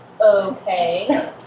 Okay